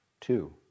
two